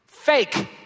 Fake